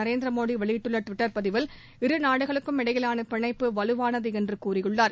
நரேந்திர வெளியிட்டுள்ள ட்விட்டர் பதிவில் நாடுகளுக்கும் இரு இடையிலானபிணைப்புவலுவானதுஎன்றுகூறியுள்ளார்